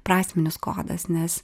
prasminis kodas nes